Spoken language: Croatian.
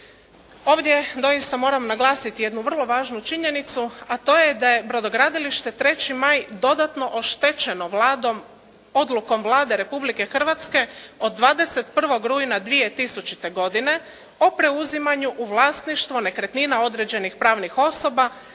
Ovdje doista moram naglasiti jednu vrlo važnu činjenicu a to je da je brodogradilište "3. maj" dodatno oštećeno odlukom Vlade Republike Hrvatske od 21. rujna 2000. godine o preuzimanju u vlasništvo nekretnina određenih pravnih osoba